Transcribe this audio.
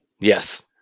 Yes